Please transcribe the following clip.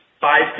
Five